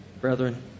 Brethren